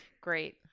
Great